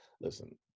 listen